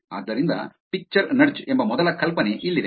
ಆದ್ದರಿಂದ picture nudge ಎಂಬ ಮೊದಲ ಕಲ್ಪನೆ ಇಲ್ಲಿದೆ